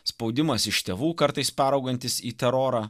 spaudimas iš tėvų kartais peraugantis į terorą